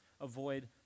avoid